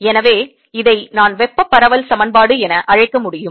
எனவே இதை நான் வெப்ப பரவல் சமன்பாடு என அழைக்க முடியும்